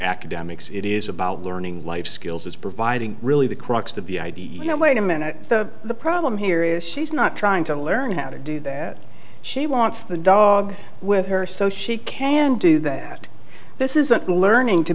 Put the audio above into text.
academics it is about learning life skills as providing really the crux of the idea that wait a minute the problem here is she's not trying to learn how to do that she wants the dog with her so she can do that this is a learning to